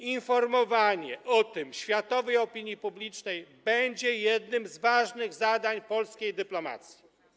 Informowanie o tym światowej opinii publicznej będzie jednym z ważnych zadań polskiej dyplomacji.